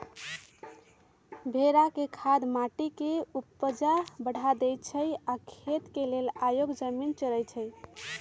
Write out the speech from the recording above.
भेड़ा के खाद माटी के ऊपजा बढ़ा देइ छइ आ इ खेती लेल अयोग्य जमिन चरइछइ